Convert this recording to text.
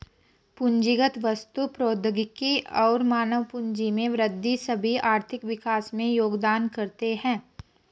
पूंजीगत वस्तु, प्रौद्योगिकी और मानव पूंजी में वृद्धि सभी आर्थिक विकास में योगदान करते है